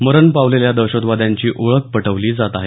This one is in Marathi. मरण पावलेल्या दहशतवाद्यांची ओळख पटवली जात आहे